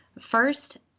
First